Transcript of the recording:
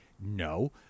no